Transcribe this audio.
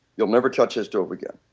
you will never touch a stove again.